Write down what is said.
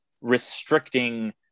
restricting